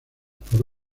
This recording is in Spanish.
por